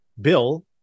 Bill